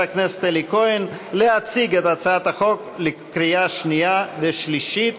הכנסת אלי כהן להציג את הצעת החוק לקריאה שנייה ושלישית.